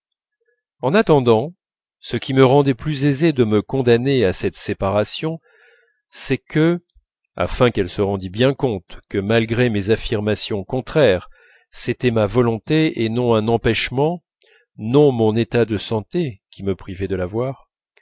en attendant ce qui me rendait plus aisé de me condamner à cette séparation c'est que afin qu'elle se rendît bien compte que malgré mes affirmations contraires c'était ma volonté et non pas un empêchement non mon état de santé qui me privaient de la voir